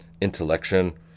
intellection